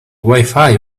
wifi